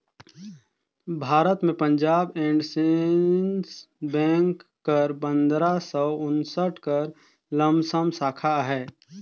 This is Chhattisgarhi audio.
भारत में पंजाब एंड सिंध बेंक कर पंदरा सव उन्सठ कर लमसम साखा अहे